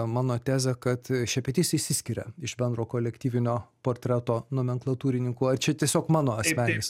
mano tezę kad šepetys išsiskiria iš bendro kolektyvinio portreto nomenklatūrininkų ar čia tiesiog mano asmeninis